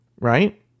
right